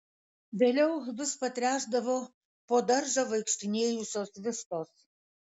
vėliau vis patręšdavo po daržą vaikštinėjusios vištos